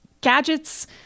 gadgets